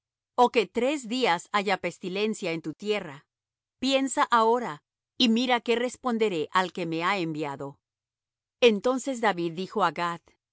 o que tres días haya pestilencia en tu tierra piensa ahora y mira qué responderé al que me ha enviado entonces david dijo á gad en